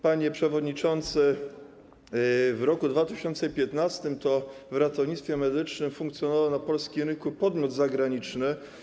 Panie przewodniczący, w roku 2015 w ratownictwie medycznym funkcjonował na polskim rynku podmiot zagraniczny.